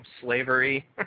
slavery